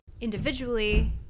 individually